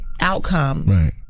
outcome